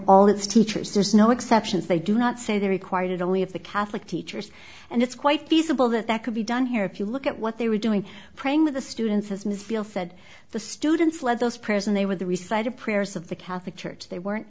all its teachers there's no exceptions they do not say they are required only of the catholic teachers and it's quite feasible that that could be done here if you look at what they were doing praying with the students as ms feel said the students led those prayers and they were the reciting prayers of the catholic church they weren't